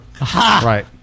Right